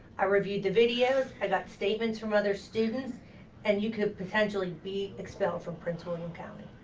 i reviewed the videos, i got statements from other students and you could potentially be expelled from prince william county.